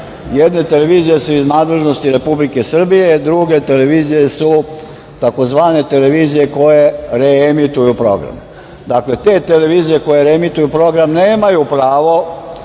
Jedne televizije su iz nadležnosti Republike Srbije, druge televizije su tzv. televizije koje reemituju program. Dakle, te televizije koje reemituju program nemaju pravo